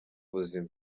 buzima